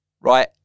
Right